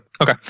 Okay